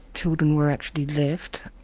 children were actually left.